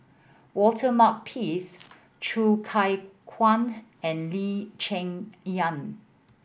Walter Makepeace Choo Keng Kwang and Lee Cheng Yan